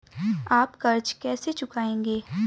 आप कर्ज कैसे चुकाएंगे?